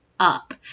up